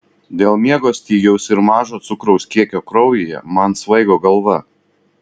dėl miego stygiaus ir mažo cukraus kiekio kraujyje man svaigo galva